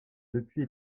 depuis